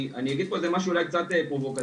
אני אגיד פה משהו אולי קצת פרובוקטיבי,